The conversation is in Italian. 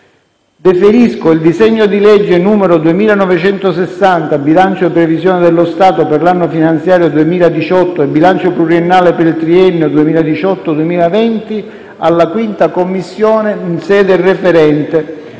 Deferisco il disegno di legge n. 2960 (Bilancio di previsione dello Stato per l'anno finanziario 2018 e bilancio pluriennale per il triennio 2018-2020) alla 5ª Commissione, in sede referente,